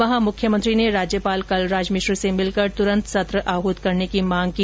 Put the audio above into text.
वहां मुख्यमंत्री ने राज्यपाल कलराज मिश्र से मिलकर तुरंत सत्र आहूत करने की मांग की